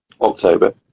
October